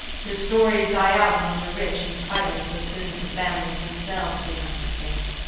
whose stories die out among the rich and titled so soon as the families themselves become extinct.